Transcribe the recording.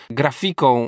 grafiką